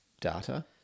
Data